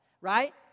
right